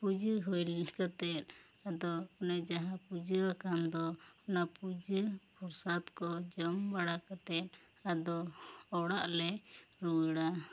ᱯᱩᱡᱟᱹ ᱦᱩᱭ ᱠᱟᱛᱮᱫ ᱟᱫᱚ ᱚᱱᱮ ᱡᱟᱦᱟᱸ ᱯᱩᱡᱟᱹ ᱠᱟᱱᱫᱚ ᱚᱱᱟ ᱯᱩᱡᱟᱹ ᱯᱚᱨᱥᱟᱫ ᱠᱚ ᱡᱚᱢ ᱵᱟᱲᱟ ᱠᱟᱛᱮ ᱟᱫᱚ ᱚᱲᱟᱜ ᱞᱮ ᱨᱩᱣᱟᱹᱲᱟ